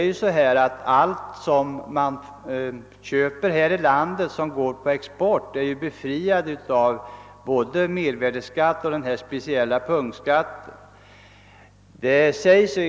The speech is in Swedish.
Alla guldsmedsvaror som köps här i landet och som går på export är befriade från både mervärdeskatt och den speciella punktskatten.